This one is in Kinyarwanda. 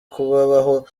kubabaho